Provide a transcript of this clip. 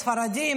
ספרדים,